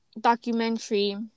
documentary